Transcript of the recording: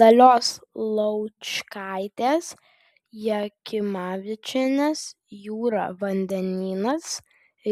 dalios laučkaitės jakimavičienės jūra vandenynas